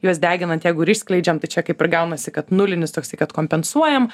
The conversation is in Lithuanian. juos deginant jeigu ir išskleidžiam tai čia kaip ir gaunasi kad nulinis toksai kad kompensuojam